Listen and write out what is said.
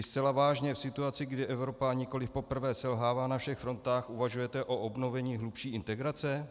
Zcela vážně v situaci, kdy Evropa, a nikoli poprvé, selhává na všech frontách, uvažujete o obnovení hlubší integrace?